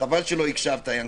חבל שלא הקשבתי, יעקב.